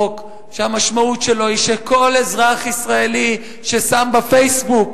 שהמשמעות שלו היא שכל אזרח ישראלי ששם ב"פייסבוק"